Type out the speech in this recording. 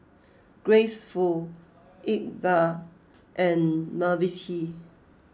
Grace Fu Iqbal and Mavis Hee